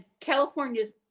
California's